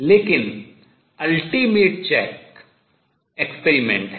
लेकिन ultimate check सर्वश्रेष्ठ जांच प्रयोग है